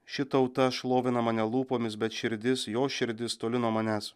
ši tauta šlovina mane lūpomis bet širdis jos širdis toli nuo manęs